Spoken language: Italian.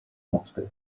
mostri